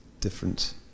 different